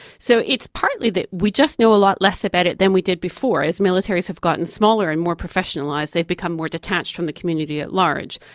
so it's partly that we just know a lot less about it than we did before. as militaries have gotten smaller and more professionalised they have become more detached from the community at large,